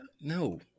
No